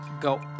Go